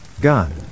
Gun